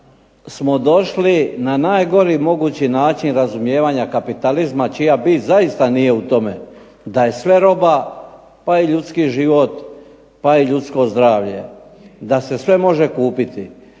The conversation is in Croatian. smo došli na najgori mogući način razumijevanja kapitalizma čija bit zaista nije u tome, da je sve roba, pa i ljudski život, pa i ljudsko zdravlje, da se sve može kupiti.